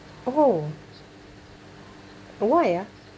oh why ah